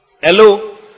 Hello